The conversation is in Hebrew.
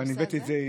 ואני הבאתי את זה,